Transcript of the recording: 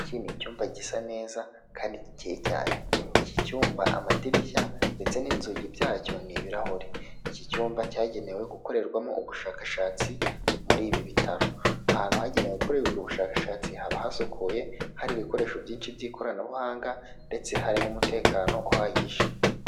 Iki ni icyumba gisa neza kandi gikeye cyane. Iki cyumba amadirishya ndetse n'inzugi byacyo ni ibirahure. Iki cyumba cyagenewe gukorerwamo ubushakashatsi muri ibi bitaro. Ahantu hagenewe gukorerwa ubushakashatsi haba hasukuye, hari ibikoresho byinshi by'ikoranabuhanga ndetse hari n'umutekano uhagije.